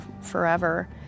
forever